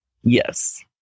Yes